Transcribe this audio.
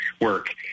work